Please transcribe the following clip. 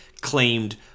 claimed